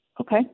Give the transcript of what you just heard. Okay